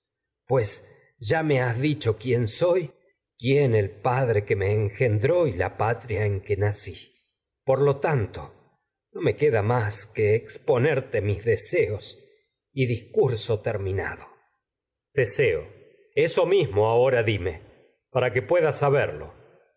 pues me ya has y dicho quién soy quién el padre que me en gendró da más la patria en que nací por lo tanto no me que exponerte mis deseos y discurso eso que terminado que teseo mismo ahora dime para pueda saberlo